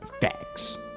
Facts